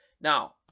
now